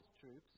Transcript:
troops